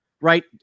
right